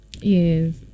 yes